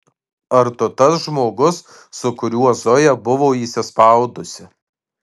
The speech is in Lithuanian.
ar tu tas žmogus su kuriuo zoja buvo įsispaudusi